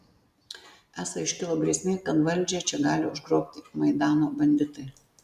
esą iškilo grėsmė kad valdžią čia gali užgrobti maidano banditai